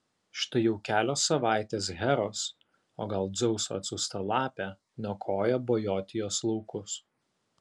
štai jau kelios savaitės heros o gal dzeuso atsiųsta lapė niokoja bojotijos laukus